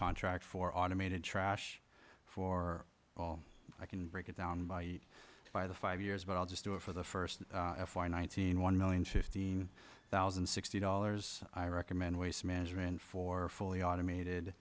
contract for automated trash for all i can break it down by by the five years but i'll just do it for the first one thousand one million fifteen thousand and sixty dollars i recommend waste management for fully automated